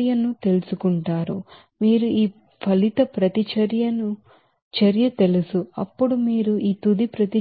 reaction తెలుసు మీరు ఈ రిసిల్టింగ్ రియాక్షన్ తెలుసు అప్పుడు మీరు ఈ ఫైనల్ రియాక్షన్ ను C2H6 3